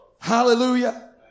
Hallelujah